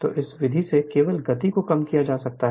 तो इस विधि से केवल गति को कम किया जा सकता है